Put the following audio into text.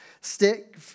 stick